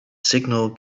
signal